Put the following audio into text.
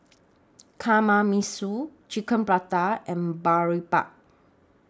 Kamameshi Chicken Parata and Boribap